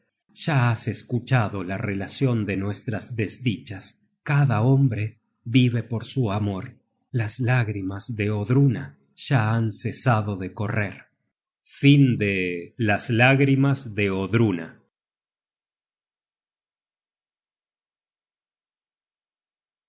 ya has escuchado la relacion de nuestras desdichas cada hombre vive por su amor las lágrimas de odruna ya han cesado de correr